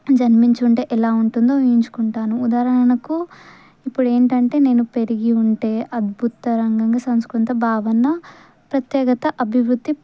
జన్మించి ఉంటే ఎలా ఉంటుందో ఊహించుకుంటానుఉదాహరణకు ఇప్పుడు ఏంటంటే నేను పెరిగి ఉంటే అద్భుత రంగంగా సంస్కృత భావన ప్రత్యేకత అభివృద్ధి